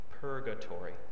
Purgatory